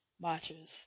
matches